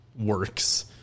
works